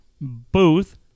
booth